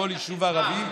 כל יישוב ערבי,